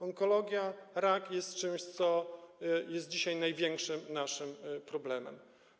Onkologia, rak jest czymś, co jest dzisiaj największym naszym problemem.